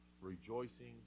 rejoicing